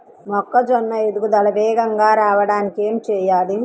మొక్కజోన్న ఎదుగుదల వేగంగా రావడానికి ఏమి చెయ్యాలి?